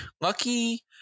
Lucky